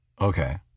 Okay